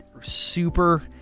super